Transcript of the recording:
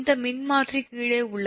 இந்த மின்மாற்றி கீழே உள்ளது